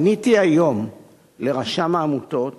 פניתי היום לרשם העמותות